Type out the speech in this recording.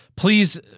Please